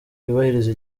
yubahiriza